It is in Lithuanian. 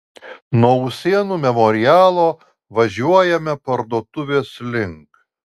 nuo usėnų memorialo važiuojame parduotuvės link